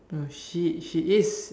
no she she is